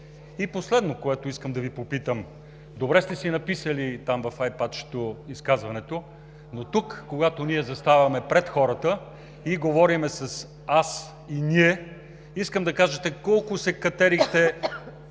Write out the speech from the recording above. И последното, което искам да Ви попитам: добре сте си написали в айпадчето изказването, но тук, когато ние заставаме пред хората и говорим с „аз“ и „ние“, искам да кажете колко се катерихте